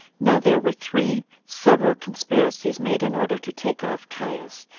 now there were three several conspiracies made in order to take off caius,